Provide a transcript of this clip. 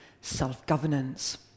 self-governance